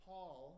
Paul